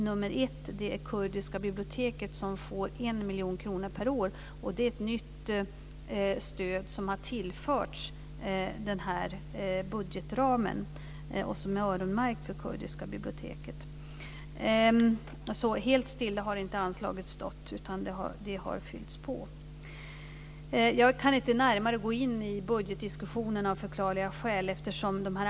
Nummer ett är Kurdiska Biblioteket som får 1 miljon kronor per år. Det är ett nytt stöd som har tillförts budgetramen och som är öronmärkt för Kurdiska Biblioteket. Så helt stilla har anslaget inte stått utan det har fyllts på. Jag kan av förklarliga skäl inte gå närmare in på budgetdiskussionerna.